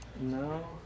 No